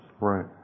right